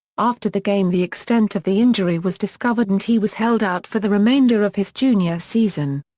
after the game the extent of the injury was discovered and he was held out for the remainder of his junior season.